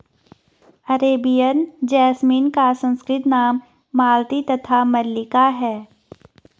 Arabian jasmine का संस्कृत नाम मालती तथा मल्लिका है